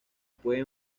puede